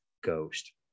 Ghost